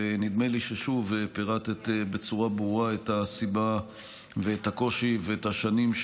ונדמה לי ששוב פירטת בצורה ברורה את הסיבה ואת הקושי ואת השנים,